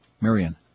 Marion